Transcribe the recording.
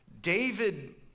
David